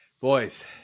Boys